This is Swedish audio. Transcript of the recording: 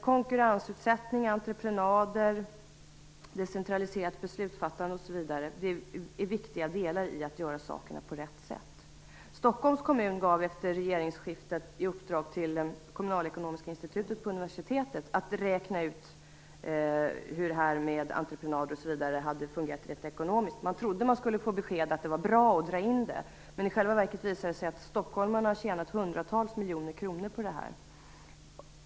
Konkurrensutsättning, entreprenader, decentraliserat beslutsfattande osv. är viktiga delar i att göra sakerna på rätt sätt. Stockholms kommun gav efter regeringsskiftet i uppdrag till Kommunalekonomiska institutet på universitetet att räkna ut hur entreprenader och sådant hade fungerat rent ekonomiskt. Man trodde att man skulle få beskedet att det var bra att dra in dem, men i själva verket visade det sig att stockholmarna tjänat hundratals miljoner kronor på detta.